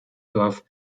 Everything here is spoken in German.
dorf